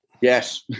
Yes